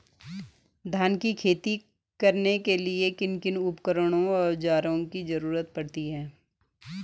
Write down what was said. धान की खेती करने के लिए किन किन उपकरणों व औज़ारों की जरूरत पड़ती है?